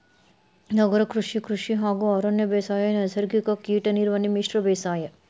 ನಗರ ಕೃಷಿ, ಕೃಷಿ ಹಾಗೂ ಅರಣ್ಯ ಬೇಸಾಯ, ನೈಸರ್ಗಿಕ ಕೇಟ ನಿರ್ವಹಣೆ, ಮಿಶ್ರ ಬೇಸಾಯ